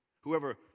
Whoever